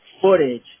footage